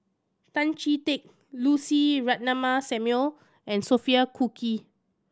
Tan Chee Teck Lucy Ratnammah Samuel and Sophia Cooke